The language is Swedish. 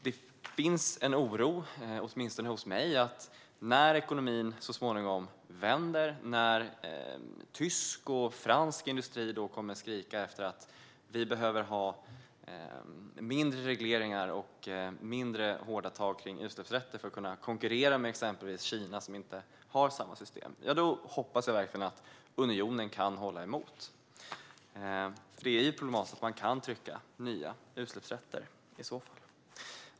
Det finns en oro, åtminstone hos mig, inför när ekonomin så småningom vänder och tysk och fransk industri kommer att skrika efter mindre regleringar och mindre hårda tag om utsläppsrätter för att kunna konkurrera med exempelvis Kina, som inte har samma system. Jag hoppas verkligen att unionen då kan hålla emot. Det är nämligen problematiskt att man i så fall kan trycka nya utsläppsrätter.